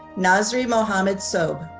nasri mohamed sobh.